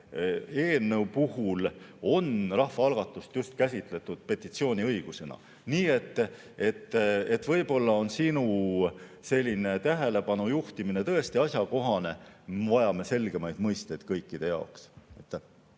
eelnõu puhul on rahvaalgatust just käsitletud petitsiooniõigusena. Nii et võib-olla on sinu selline tähelepanu juhtimine tõesti asjakohane ja me vajame selgemaid mõisteid kõikide jaoks.